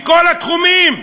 בכל התחומים.